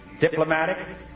diplomatic